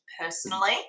personally